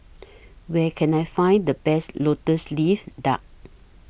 Where Can I Find The Best Lotus Leaf Duck